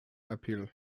appeal